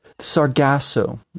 Sargasso